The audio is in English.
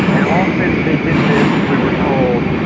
and often they did this, we were told,